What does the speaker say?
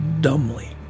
dumbly